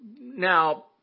now